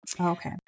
Okay